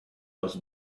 los